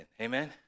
Amen